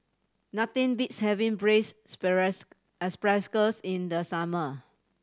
nothing beats having braised asparagus in the summer